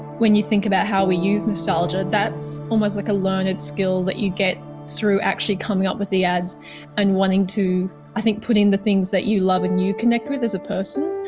when you think about how we use nostalgia, that's almost like a learned skill that you get through actually coming up with the ads and wanting to i think put in the things that you love and you connect with as a person,